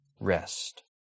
rest